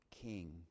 king